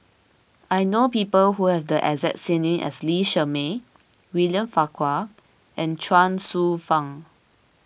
I know people who have the exact name as Lee Shermay William Farquhar and Chuang Hsueh Fang